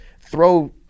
throw